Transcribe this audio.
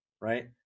right